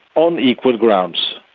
on equal grounds.